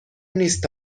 نیست